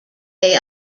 they